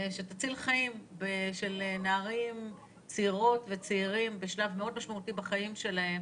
שתציל חיים של צעירות וצעירים בשלב מאוד משמעותי בחיים שלהם,